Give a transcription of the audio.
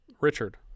richard